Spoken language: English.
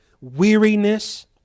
weariness